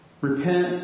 Repent